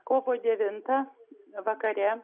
kovo devintą vakare